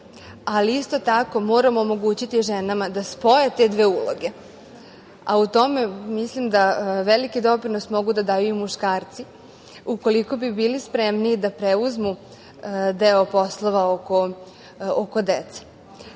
Isto tako moramo omogućiti ženama da spoje te dve uloge. U tome veliki doprinos mogu da daju i muškarci ukoliko bi bili spremniji da preuzmu deo poslova oko dece. Evo,